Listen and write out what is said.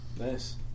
Nice